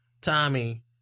Tommy